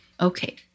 okay